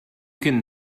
can